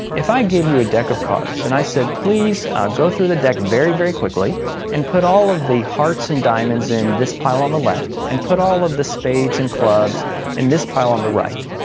if i gave you a deck of cards and i said please go through the deck very, very quickly and put all of the hearts and diamonds in this pile on the left and put all of the spades and clubs in this pile on the right,